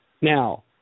Now